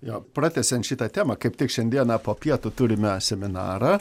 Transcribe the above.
jo pratęsiant šitą temą kaip tik šiandien po pietų turime seminarą